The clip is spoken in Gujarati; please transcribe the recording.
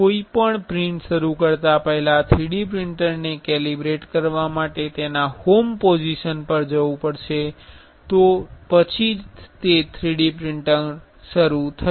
કોઈપણ પ્રિન્ટ શરૂ કરતા પહેલાં 3D પ્રિંટરને કેલિબ્રેટ કરવા માટે તેના હોમ પોઝિશન પર જવું પડશે તે પછી જ તે 3D પ્રિન્ટિંગ શરૂ કરશે